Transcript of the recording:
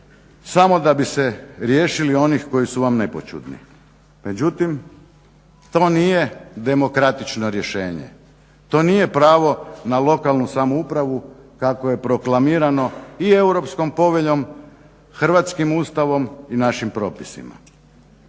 samo da bi se riješili onih koji su vam nepoćudni. Međutim, to nije demokratično rješenje, to nije pravo na lokalnu samoupravu kako je proklamirano i europskom poveljom, hrvatskim Ustavom i našim propisima.